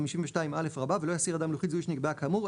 52א ולא יסיר אדם לוחית זיהוי שנקבעה כאמור,